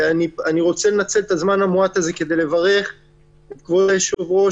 ואני רוצה לנצל את הזמן המועט הזה כדי לברך את כבוד היושב-ראש,